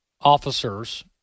officers